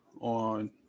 on